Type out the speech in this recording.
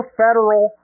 federal